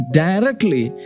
directly